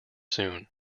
soon